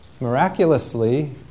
miraculously